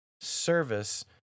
service